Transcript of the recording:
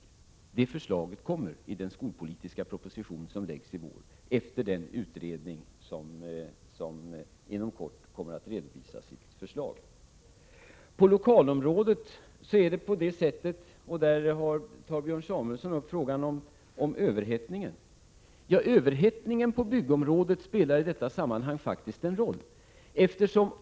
Ett sådant förslag kommer i den skolpolitiska proposition som läggs fram i vår, efter en utredning som inom kort kommer att redovisa sitt förslag. När det gäller lokalområdet tar Björn Samuelson upp frågan om överhettningen. Ja, överhettningen på byggområdet spelar faktiskt en roll i detta sammanhang.